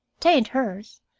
tain't hers,